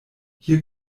hier